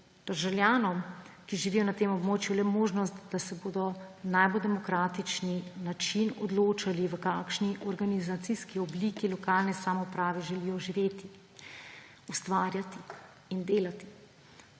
državljanom, ki živijo na tem območju, le možnost, da se bodo na demokratični način odločali, v kakšni organizacijski obliki lokalne samouprave želijo živeti, ustvarjati in delati.